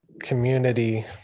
community